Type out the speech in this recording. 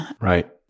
Right